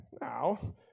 Now